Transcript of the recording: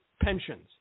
pensions